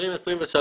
2023,